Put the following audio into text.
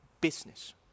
business